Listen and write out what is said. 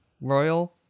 royal